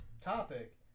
topic